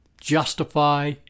justify